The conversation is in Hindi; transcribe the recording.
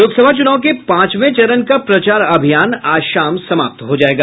लोकसभा चुनाव के पांचवे चरण का प्रचार अभियान आज शाम समाप्त हो जायेगा